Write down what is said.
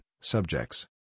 subjects